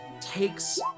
takes